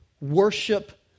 worship